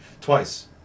Twice